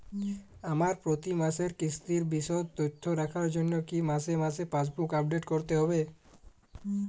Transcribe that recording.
আমার প্রতি মাসের কিস্তির বিশদ তথ্য রাখার জন্য কি মাসে মাসে পাসবুক আপডেট করতে হবে?